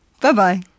Bye-bye